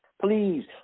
please